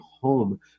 home